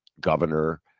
Governor